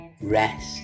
Rest